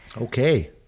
Okay